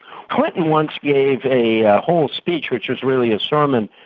clinton once gave a whole speech, which was really a sermon,